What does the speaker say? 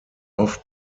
off